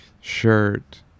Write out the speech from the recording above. shirt